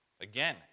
Again